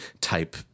type